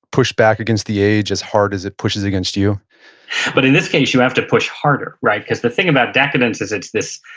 push back against the age as hard as it pushes against you but in this case, you have to push harder. cause the thing about decadence is it's this,